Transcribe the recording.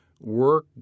work